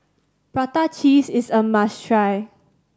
prata cheese is a must try